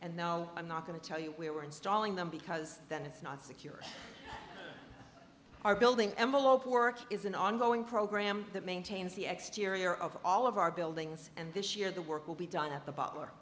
and no i'm not going to tell you where we're installing them because then it's not secure our building envelope work is an ongoing program that maintains the exterior of all of our buildings and this year the work will be done at the bottler